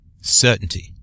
certainty